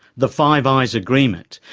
the five eyes agreement.